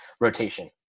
rotation